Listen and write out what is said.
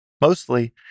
Mostly